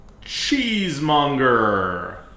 cheesemonger